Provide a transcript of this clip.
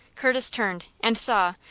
curtis turned, and saw,